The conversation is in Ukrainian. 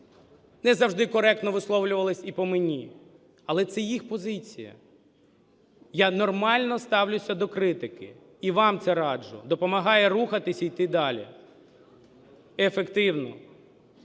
не завжди коректно висловлювались і по мені, але це їх позиція. Я нормально ставлюся до критики і вам це раджу, допомагає рухатись і йти далі ефективно